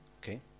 Okay